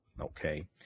Okay